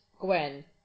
Gwen